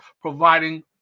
providing